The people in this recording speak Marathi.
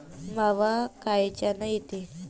मावा कायच्यानं येते?